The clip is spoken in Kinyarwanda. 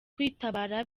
kwitabara